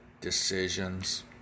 decisions